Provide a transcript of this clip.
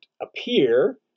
appear